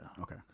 Okay